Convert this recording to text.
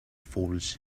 falls